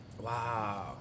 Wow